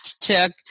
took